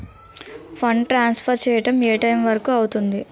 Fund transfer చేయడం ఏ time వరుకు అవుతుంది?